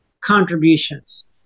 contributions